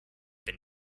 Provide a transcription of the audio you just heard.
been